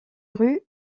rue